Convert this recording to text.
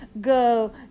go